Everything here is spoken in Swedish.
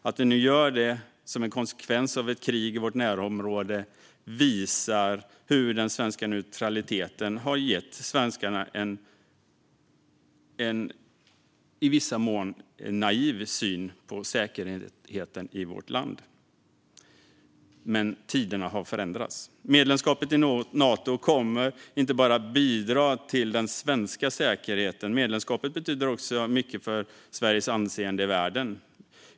Att vi nu gör detta som en konsekvens av krig i vårt närområde visar hur den svenska neutraliteten har gett svenskar en i viss mån naiv syn på säkerheten för vårt land. Men tiderna har förändrats. Medlemskapet i Nato kommer inte bara att bidra till den svenska säkerheten, utan medlemskapet betyder också mycket för Sveriges anseende i världen.